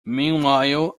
meanwhile